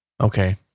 Okay